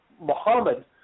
Muhammad